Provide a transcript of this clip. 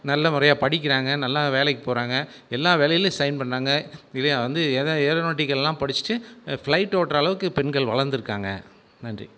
நல்ல முறையாக படிக்கிறாங்க நல்லா வேலைக்கு போகிறாங்க எல்லா வேலையிலேயும் சைன் பண்ணுறாங்க இதுவே வந்து ஏரோனெட்டிகளெலாம் படிச்சுட்டு ஃபிளைட்டு ஓட்டுகிற அளவுக்கு பெண்கள் வளர்ந்துருக்காங்க நன்றி